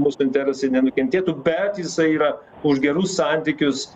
mūsų interesai nenukentėtų bet jisai yra už gerus santykius